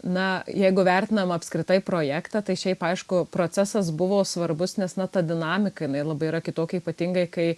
na jeigu vertinam apskritai projektą tai šiaip aišku procesas buvo svarbus nes na ta dinamika labai yra kitokia ypatingai kai